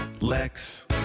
Lex